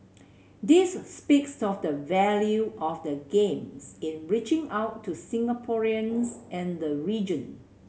this speaks of the value of the Games in reaching out to Singaporeans and the region